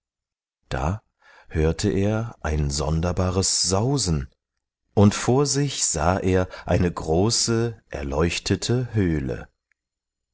da hörte er ein sonderbares sausen und vor sich sah er eine große erleuchtete höhle